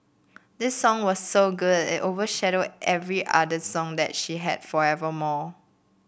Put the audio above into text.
this song was so good it overshadowed every other song that she had forevermore